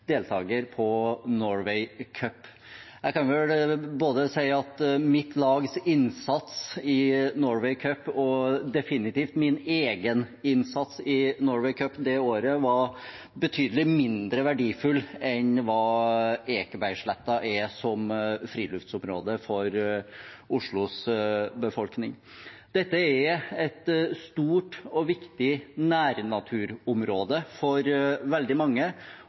deltager på Norway Cup. Jeg kan vel si at både mitt lags innsats i Norway Cup og definitivt min egen innsats i Norway Cup det året var betydelig mindre verdifull enn hva Ekebergsletta er som friluftslivsområde for Oslos befolkning. Dette er et stort og viktig nærnaturområde for veldig mange.